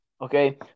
Okay